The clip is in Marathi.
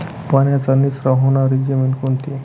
पाण्याचा निचरा होणारी जमीन कोणती?